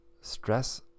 Stress